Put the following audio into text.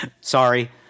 Sorry